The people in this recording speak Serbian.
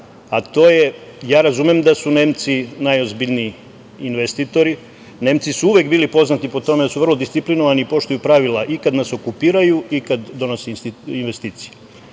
pitanja. Razumem da su Nemci najozbiljniji investitori. Nemci su uvek bili poznati po tome da su disciplinovani i poštuju pravila i kada nas okupiraju i kada donose investicije.